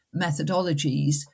methodologies